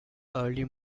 early